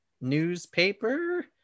newspaper